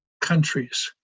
countries